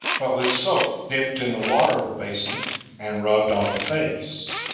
but with soap dipped in the water of the basin and rubbed on the face.